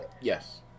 Yes